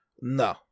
No